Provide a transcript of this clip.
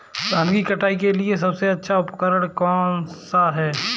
धान की कटाई के लिए सबसे अच्छा उपकरण कौन सा है?